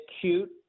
cute